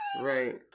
right